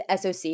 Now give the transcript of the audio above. SoC